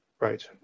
Right